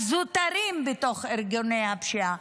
הזוטרים בתוך ארגוני הפשיעה.